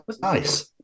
nice